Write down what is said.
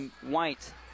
White